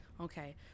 okay